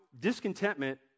discontentment